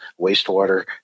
wastewater